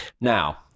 now